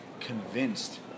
convinced